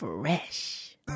Fresh